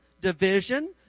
division